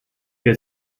que